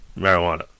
marijuana